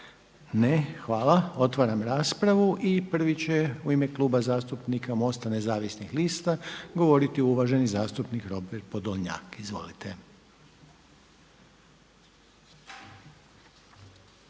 Ne. Hvala. Otvaram raspravu. I prvi će u ime Kluba zastupnika MOST-a Nezavisnih lista govoriti uvaženi zastupnik Robert Podolnjak. Izvolite.